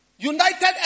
United